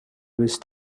wish